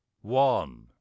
One